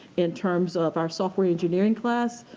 in terms of our software engineering class,